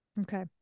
Okay